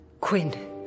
Quinn